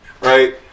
Right